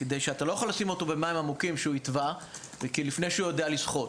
כי אתה לא יכול לשים אותו במים עמוקים לפני שהוא יודע לשחות.